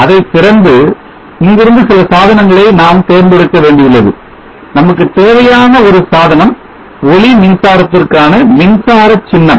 அதை திறந்து இங்கிருந்து சில சாதனங்களை நாம் தேர்ந்தெடுக்க வேண்டியுள்ளது நமக்குத் தேவையான ஒரு சாதனம் ஒளி மின்சாரத்திற்கான மின்சார சின்னம்